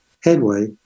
headway